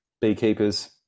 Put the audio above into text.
beekeepers